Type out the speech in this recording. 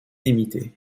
imitées